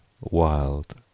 wild